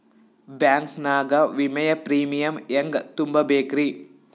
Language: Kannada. ಬ್ಯಾಂಕ್ ನಾಗ ವಿಮೆಯ ಪ್ರೀಮಿಯಂ ಹೆಂಗ್ ತುಂಬಾ ಬೇಕ್ರಿ?